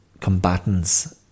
combatants